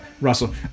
Russell